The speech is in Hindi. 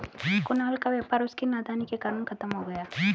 कुणाल का व्यापार उसकी नादानी के कारण खत्म हो गया